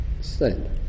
stand